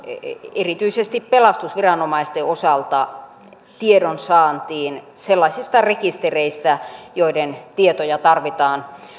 erityisesti pelastusviranomaisten osalta tiedonsaantiin sellaisista rekistereistä joiden tietoja tarvitaan